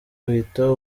uhita